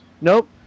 nope